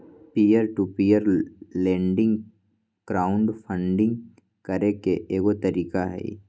peer to peer lending crowd funding करे के एगो तरीका हई